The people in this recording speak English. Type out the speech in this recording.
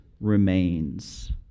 remains